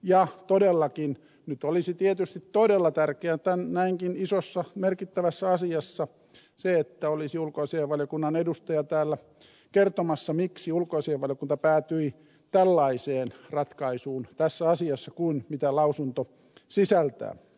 ja todellakin nyt olisi tietysti todella tärkeätä näinkin isossa merkittävässä asiassa se että olisi ulkoasiainvaliokunnan edustaja täällä kertomassa miksi ulkoasiainvaliokunta päätyi tällaiseen ratkaisuun tässä asiassa kuin mitä lausunto sisältää